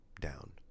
down